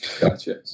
Gotcha